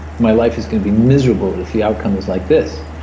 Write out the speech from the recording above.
my life is going to be miserable if the outcome is like this.